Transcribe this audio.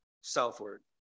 southward